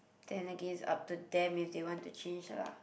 then again it's up to them if they want to change lah